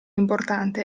importante